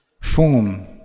form